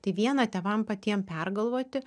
tai viena tėvam patiem pergalvoti